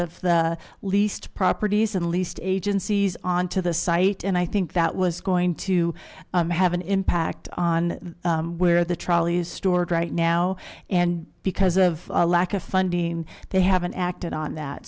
of the least properties and least agencies on to the site and i think that was going to have an impact on where the trolley is stored right now and because of a lack of funding they haven't acted on that